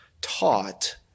taught